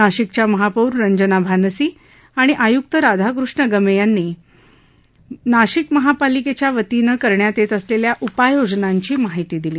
नाशिकच्या महापौर रंजना भानसी आणि आयुक्त राधाकृष्ण गमे यांनी नाशिक महापालिकेच्या वतीनं करण्यात येत असलेल्या उपाययोजनांची माहिती दिली